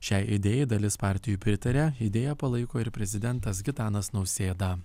šiai idėjai dalis partijų pritaria idėją palaiko ir prezidentas gitanas nausėda